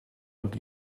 und